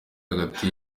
hagati